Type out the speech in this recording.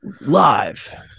Live